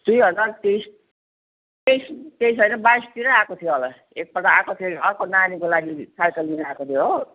दुई हजार तेइस तेइस तेइस होइन बाइसतिर आएको थिएँ होला एक पल्ट आएको थिएँ अर्को नानीको लागि साइकल लिन आएको थिएँ हो